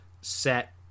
set